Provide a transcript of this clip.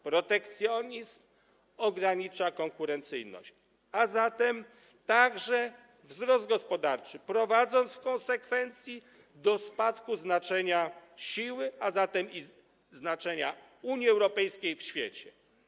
Protekcjonizm ogranicza konkurencyjność, a zatem także wzrost gospodarczy, prowadząc w konsekwencji do spadku znaczenia siły, a zatem i znaczenia Unii Europejskiej w świecie.